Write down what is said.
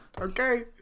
Okay